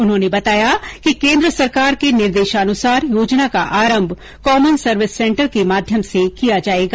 उन्होंने बताया कि केन्द्र सरकार के निर्देशानुसार योजना का आरंभ कॉमन सर्विस सेंटर के माध्यम से किया जाएगा